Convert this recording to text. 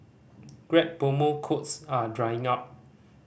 grab promo codes are drying up